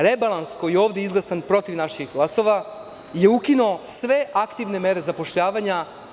Rebalans koji je ovde izglasan protiv naših glasova je ukinuo sve aktivne mere zapošljavanja.